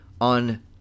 on